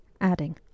adding